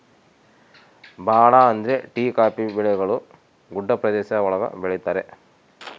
ಭಾಳ ಅಂದ್ರೆ tea coffee ಬೆಳೆಗಳು ಗುಡ್ಡ ಪ್ರದೇಶ ಒಳಗ ಬೆಳಿತರೆ